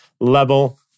level